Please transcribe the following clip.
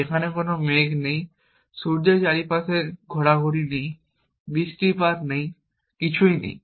সেখানে কোন মেঘ নেই সূর্যের চারপাশে ঘোরাঘুরি নেই বৃষ্টিপাত নেই কিছুই নেই